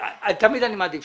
תמיד אני מעדיף שתהיו.